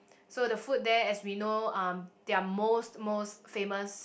so the food there as we know um they are most most famous